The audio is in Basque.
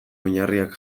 oinarriak